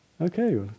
Okay